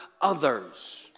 others